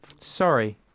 Sorry